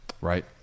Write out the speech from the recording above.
Right